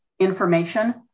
information